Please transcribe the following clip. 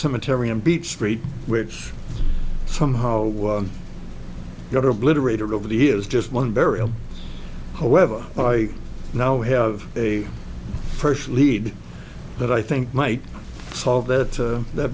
cemetery in beach street which somehow got obliterated over the years just one burial however i now have a fresh lead that i think might solve that that